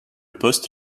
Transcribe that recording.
poste